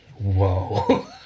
Whoa